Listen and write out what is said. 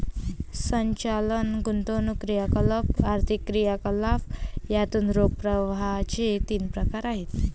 संचालन, गुंतवणूक क्रियाकलाप, आर्थिक क्रियाकलाप यातून रोख प्रवाहाचे तीन प्रकार आहेत